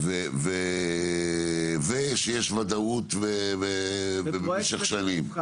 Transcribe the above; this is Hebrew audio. ושיש ודאות במשך שנים.